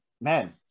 man